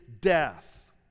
death